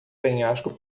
penhasco